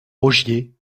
rogier